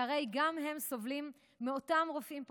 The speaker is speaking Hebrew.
שהרי גם הם סובלים מאותם רופאים פוגעניים,